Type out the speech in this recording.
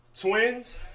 twins